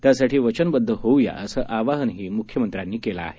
त्यासाठी वचनबद्ध होऊया असं आवाहनही मुख्यमंत्र्यांनी केलं आहे